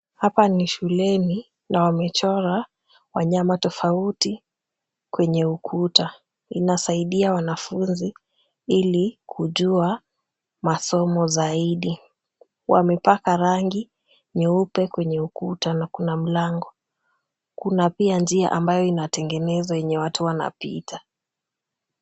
Hapa ni shuleni na wamechora wanyama tofauti kwenye ukuta. Inasaidia wanafunzi ili kujua masomo zaidi. Wamepaka rangi nyeupe kwenye ukuta na kuna mlango. Kuna pia njia ambayo inatengenezwa yenye watu wanapita.